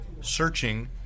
searching